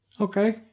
Okay